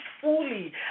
fully